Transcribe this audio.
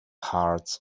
hearts